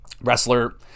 wrestler